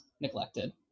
neglected